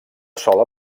sola